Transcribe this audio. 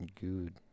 Good